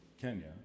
Kenya